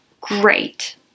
great